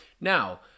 now